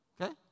okay